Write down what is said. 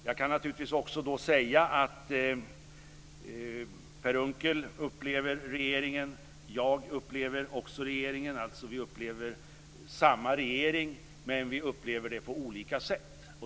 Jag kan naturligtvis säga att Per Unckel upplever regeringen, jag upplever också regeringen, vi upplever samma regering, men vi upplever den på olika sätt.